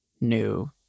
new